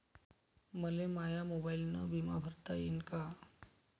मले माया मोबाईलनं बिमा भरता येईन का?